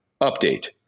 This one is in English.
update